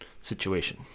situation